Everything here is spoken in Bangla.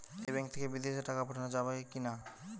এই ব্যাঙ্ক থেকে বিদেশে টাকা পাঠানো যাবে কিনা?